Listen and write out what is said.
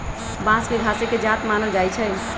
बांस के घासे के जात मानल जाइ छइ